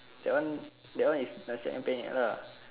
that one that one is nasi ayam penyet lah